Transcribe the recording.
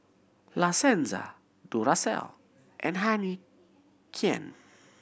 La Senza Duracell and Heinekein